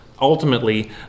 ultimately